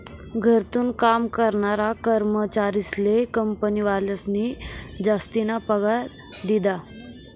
घरथून काम करनारा कर्मचारीस्ले कंपनीवालास्नी जासतीना पगार दिधा